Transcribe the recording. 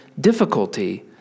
difficulty